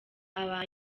aba